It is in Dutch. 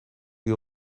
die